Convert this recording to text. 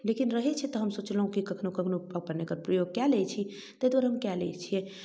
लेकिन रहै छै तऽ हम सोचलहुँ की कखनो कखनो अपन एकर प्रयोग कए लै छी तै दुआरे हम कए लै छियै